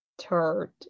third